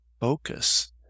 focus